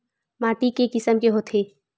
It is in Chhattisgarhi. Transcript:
माटी के किसम के होथे?